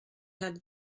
had